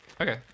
Okay